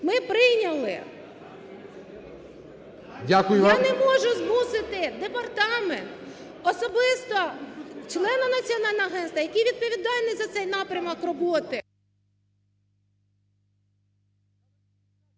КОРЧАК Н.М. Я не можу змусити департамент, особисто члена національного агенства, який відповідальний за цей напрямок роботи.